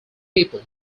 people